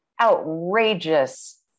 outrageous